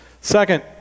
Second